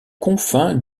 confins